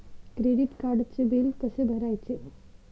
Credit कार्डचे bill कसे भरायचे?